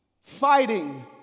fighting